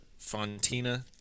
Fontina